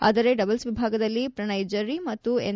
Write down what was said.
ಆದರೆ ಡಬಲ್ಲ್ ವಿಭಾಗದಲ್ಲಿ ಪ್ರಣವ್ ಜೆರ್ರಿ ಮತ್ತು ಎನ್